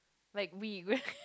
like regret